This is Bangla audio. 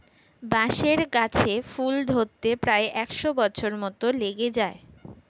বাঁশের গাছে ফুল ধরতে প্রায় একশ বছর মত লেগে যায়